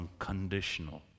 unconditional